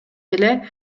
эле